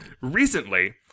Recently